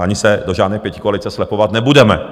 Ani se do žádné pětikoalice slepovat nebudeme.